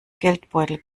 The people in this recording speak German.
geldbeutel